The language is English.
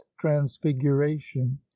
transfiguration